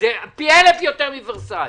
פי אלף יותר מוורסאי.